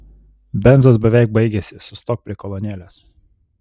benzas beveik baigėsi sustok prie kolonėlės